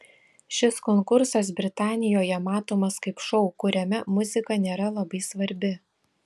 šis konkursas britanijoje matomas kaip šou kuriame muzika nėra labai svarbi